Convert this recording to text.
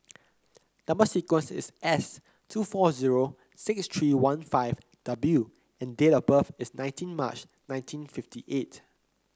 number sequence is S two four zero six three one five W and date of birth is nineteen March nineteen fifty eight